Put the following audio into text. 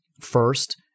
first